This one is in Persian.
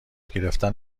گرفتن